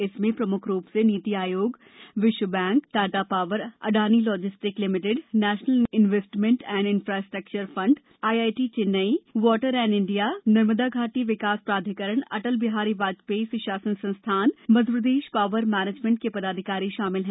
इसमें प्रमुख रूप से नीति आयोग विश्व bank Tata power Adani logistic limited national investment and in infrastructure fund IIT Chennai water aid India Narmada घाटी विकास प्राधिकरण अटल बिहारी वाजपेयी सुशासन संस्थान मप्र पावर मैनेजमेंट के पदाधिकारी शामिल हैं